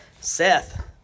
Seth